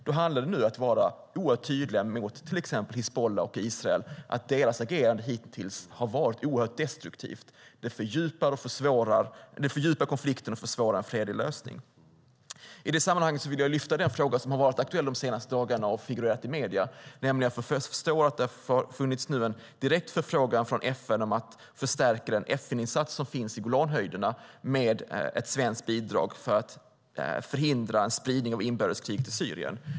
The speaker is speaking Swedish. Det handlar om att vara oerhört tydliga mot till exempel Hizbullah och Israel att deras agerande hitintills har varit oerhört destruktivt. Det fördjupar konflikten och försvårar en fredlig lösning. I det sammanhanget vill jag lyfta fram den fråga som har varit aktuell de senaste dagarna och figurerat i medierna. Jag har förstått att det nu har funnits en direkt förfrågan från FN om att förstärka den FN-insats som finns i Golanhöjderna med ett svenskt bidrag för att förhindra en spridning av inbördeskriget i Syrien.